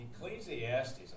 Ecclesiastes